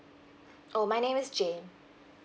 oh my name is jane